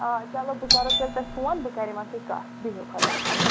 آ چلو بہٕ کَرہو تیٚلہِ تۄہہِ فون بہٕ کَرِ یِمَن سۭتۍ کَتھ بِہِو خۄدایَس حَوال